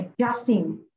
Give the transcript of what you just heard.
adjusting